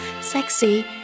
sexy